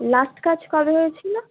last কাজ কবে হয়েছিল